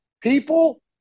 People